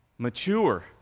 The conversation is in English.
Mature